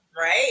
right